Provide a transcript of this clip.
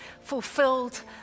fulfilled